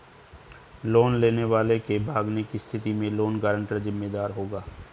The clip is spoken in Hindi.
लोन लेने वाले के भागने की स्थिति में लोन गारंटर जिम्मेदार होगा